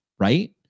Right